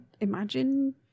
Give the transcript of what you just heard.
imagine